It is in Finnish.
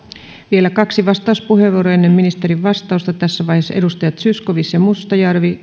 vielä kaksi vastauspuheenvuoroa ennen ministerin vastausta tässä vaiheessa edustajat zyskowicz ja mustajärvi